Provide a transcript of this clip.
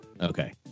Okay